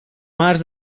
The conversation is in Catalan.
març